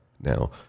Now